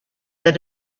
that